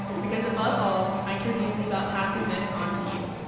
because above all, i care deeply about passing this onto you.